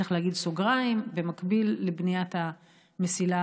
צריך להגיד בסוגריים: במקביל לבניית המסילה